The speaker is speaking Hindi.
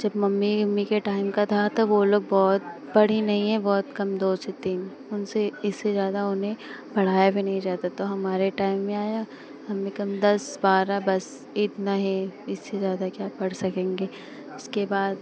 जब मम्मी उम्मी के टाइम का था तो वे लोग बहुत पढ़ी नहीं है बहुत कम दो से तीन हमसे इससे ज़्यादा उन्हें पढ़ाया भी नहीं जाता तो हमारे टाइम में आया हमने कम दस बारह बस इतना ही इससे ज़्यादा क्या पढ़ सकेंगे इसके बाद